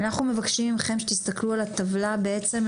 אנחנו מבקשים מכם שתסתכלו על הטבלה בעצם,